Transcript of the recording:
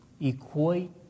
equate